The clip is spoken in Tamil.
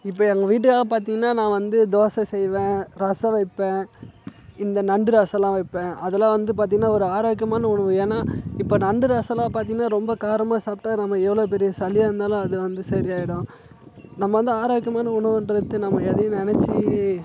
இப்போ எங்கள் வீட்டுக்காக பார்த்தீங்கன்னா நான் வந்து தோசை செய்வேன் ரசம் வைப்பேன் இந்த நண்டு ரசல்லாம் வைப்பேன் அதெல்லாம் வந்து பார்த்தீங்கன்னா ஒரு ஆரோக்கியமான உணவு ஏன்னா இப்போ நண்டு ரசம்லாம் பார்த்தீங்கன்னா ரொம்ப காரமாக சாப்பிட்டா நம்ம எவ்வளவு பெரிய சளியாக இருந்தாலும் அது வந்து சரியாகிடும் நம்ம வந்து ஆரோக்கியமான உணவுகின்றது நாம் எதையும் நினச்சி